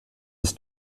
des